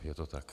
Je to tak?